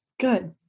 Good